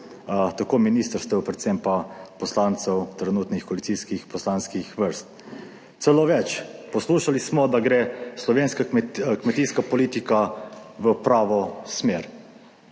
tako ministrstev, predvsem pa poslancev trenutnih koalicijskih poslanskih vrst. Celo več, poslušali smo, da gre slovenska kmetijska politika v pravo smer.